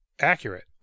accurate